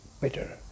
better